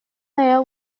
mayor